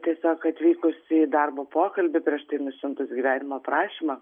tiesiog atvykus į darbo pokalbį prieš tai nusiuntus gyvenimo aprašymą